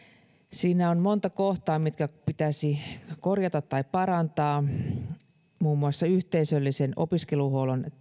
siinä on monta kohtaa mitkä pitäisi korjata tai parantaa muun muassa yhteisöllisen opiskeluhuollon